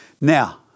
Now